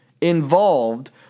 involved